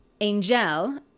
Angel